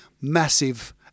massive